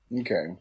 Okay